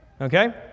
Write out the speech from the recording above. Okay